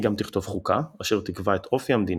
היא גם תכתוב חוקה, אשר תקבע את אופי המדינה.